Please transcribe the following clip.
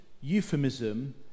euphemism